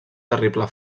terrible